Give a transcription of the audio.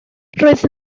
roedd